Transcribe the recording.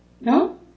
No